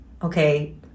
Okay